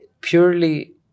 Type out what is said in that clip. purely